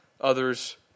others